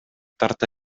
тарта